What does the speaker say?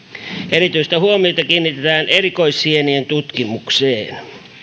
erityistä huomiota kiinnitetään erikoissienien tutkimukseen